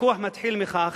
הוויכוח מתחיל מכך,